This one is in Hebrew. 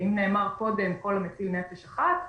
ואם נאמר קודם כל המציל נפש אחת,